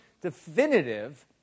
definitive